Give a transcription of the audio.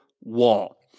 wall